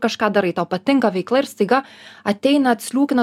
kažką darai tau patinka veikla staiga ateina atsliūkina